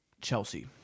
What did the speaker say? Chelsea